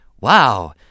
Wow